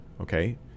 Okay